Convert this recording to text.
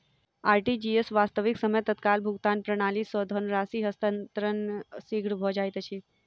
RTGS, वास्तविक समय तत्काल भुगतान प्रणाली, सॅ धन राशि हस्तांतरण शीघ्र भ जाइत अछि